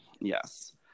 yes